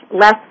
less